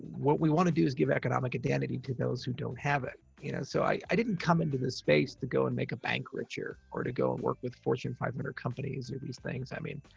what we want to do is give economic identity to those who don't have it. you know? so i didn't come into this space to go and make a bank richer, or to go and work with fortune five but hundred companies or these things. i mean,